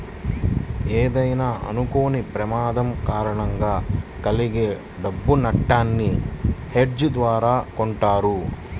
ఏదైనా అనుకోని ప్రమాదం కారణంగా కలిగే డబ్బు నట్టాన్ని హెడ్జ్ ద్వారా కొంటారు